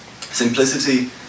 Simplicity